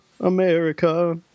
America